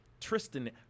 Tristan